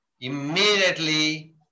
immediately